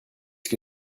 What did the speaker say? que